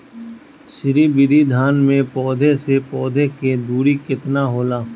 श्री विधि धान में पौधे से पौधे के दुरी केतना होला?